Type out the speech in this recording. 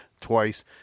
twice